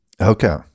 Okay